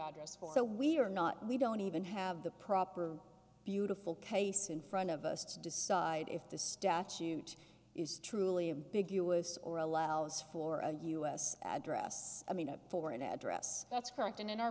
address form so we are not we don't even have the proper beautiful case in front of us to decide if the statute is truly a big us or allows for a us address i mean a foreign address that's correct and in our